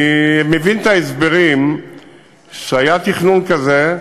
אני מבין את ההסברים שהיה תכנון כזה,